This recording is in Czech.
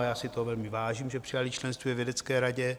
Já si toho velmi vážím, že přijali členství ve vědecké radě.